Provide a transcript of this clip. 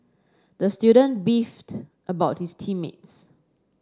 the student beefed about his team mates